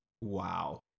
Wow